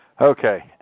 Okay